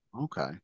okay